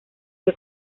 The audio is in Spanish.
que